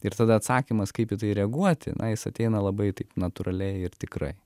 ir tada atsakymas kaip į tai reaguoti na jis ateina labai taip natūraliai ir tikrai